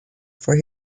for